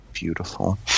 beautiful